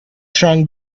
shrunk